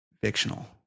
fictional